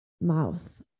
mouth